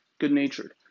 good-natured